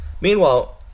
Meanwhile